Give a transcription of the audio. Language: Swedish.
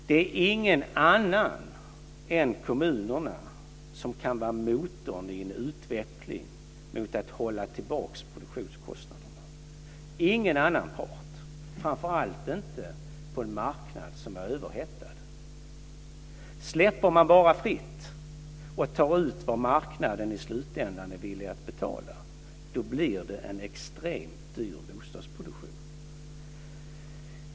Det är ingen annan än kommunerna som kan vara motorn i en utveckling mot att hålla tillbaka produktionskostnaderna. Det är ingen annan part, framför allt inte på en marknad som är överhettad. Om man bara släpper fritt och tar ut vad marknaden i slutändan är villig att betala blir det en extremt dyr bostadsproduktion.